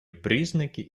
признаки